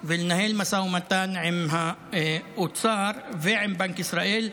ולנהל משא ומתן עם האוצר ועם בנק ישראל,